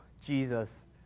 Jesus